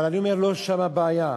אבל אני אומר, לא שם הבעיה.